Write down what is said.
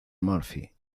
murphy